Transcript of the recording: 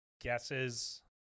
guesses